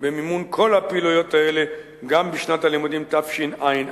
במימון כל הפעילויות האלה גם בשנת הלימודים תשע"א,